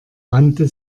wandte